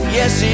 yes